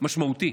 משמעותי.